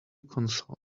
console